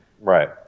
Right